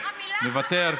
מוותר,